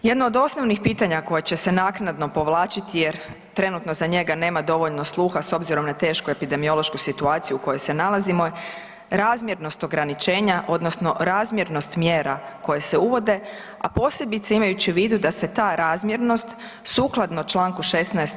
Jedno od osnovnih pitanja koja će se naknadno povlačiti jer trenutno za njega nema dovoljno sluha s obzirom na tešku epidemiološku situaciju u kojoj se nalazimo, razmjernost ograničenja odnosno razmjernost mjera koje se uvode, a posebice imajući u vidu da se ta razmjernost sukladno čl. 16.